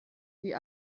die